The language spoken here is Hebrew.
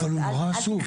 זה נכון אבל הוא נורא עסוק.